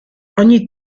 ogni